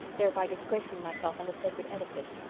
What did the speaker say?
thereby disgracing myself and the sacred edifice.